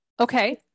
Okay